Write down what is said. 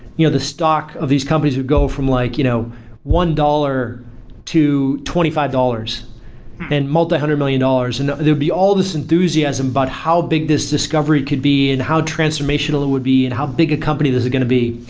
you know the stock of these companies would go from like you know one dollars to twenty five dollars and multi-hundred million dollars. and there would be all this enthusiasm about but how big this discovery could be and how transformational it would be and how big a company this is going to be.